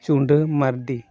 ᱪᱩᱰᱟᱹ Mardi